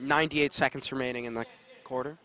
ninety eight seconds remaining in the quarter